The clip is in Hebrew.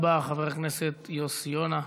חברת הכנסת קסניה סבטלובה.